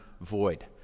void